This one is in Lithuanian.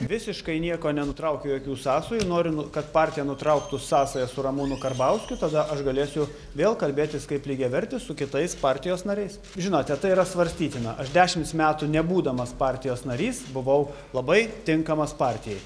visiškai nieko nenutraukiu jokių sąsajų noriu nu kad partija nutrauktų sąsajas su ramūnu karbauskiu tada aš galėsiu vėl kalbėtis kaip lygiavertis su kitais partijos nariais žinote tai yra svarstytina aš dešimts metų nebūdamas partijos narys buvau labai tinkamas partijai